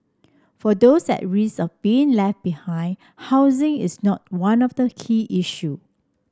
for those at risk of being left behind housing is not one of the key issue